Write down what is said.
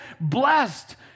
blessed